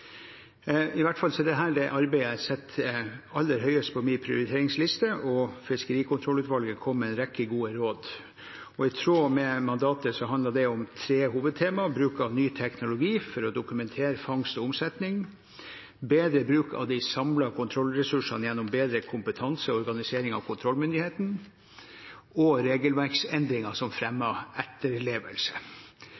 er i hvert fall det arbeidet jeg setter aller høyest på min prioriteringsliste. Fiskerikontrollutvalget kom med en rekke gode råd. I tråd med mandatet handlet de om tre hovedtema: bruk av ny teknologi for å dokumentere fangst og omsetning, bedre bruk av de samlede kontrollressursene gjennom bedre kompetanse og organisering av kontrollmyndighetene, og regelverksendringer som